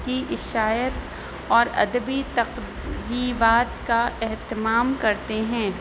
کی اشاعت اور ادبی تقریبات کا اہتمام کرتے ہیں